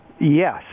Yes